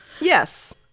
Yes